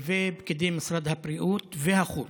ופקידי משרד הבריאות ומשרד החוץ,